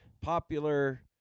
popular